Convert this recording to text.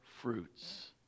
fruits